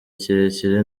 kirekire